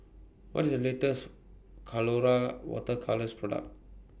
What IS The latest Colora Water Colours Product